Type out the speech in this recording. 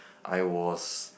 I was